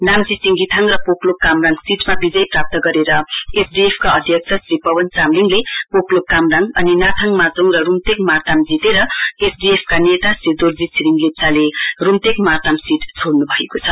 नाम्ची सिंगिथाङ र पोक्लोक कामराङ सीटमा विजय प्राप्त गरेर एसडीएफका अध्यक्ष श्री पवन चामलिङले पोक्लेक कामराङ अनि नाथाङ माछोङ र रूम्तेक मार्ताम जितेर एसडीएफ नेता श्री दोर्जी छिरिघ लेप्चाले रूम्तेक मार्ताम सीट छोडन् भएको छ